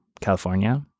California